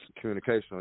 communication